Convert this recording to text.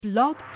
Blog